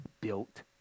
built